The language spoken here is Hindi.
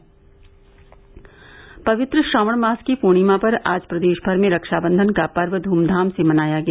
डेस्क पवित्र श्रावण मास की पूर्णिमा पर आज प्रदेश भर में रक्षाबंधन का पर्व ध्मधाम से मनाया गया